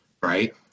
right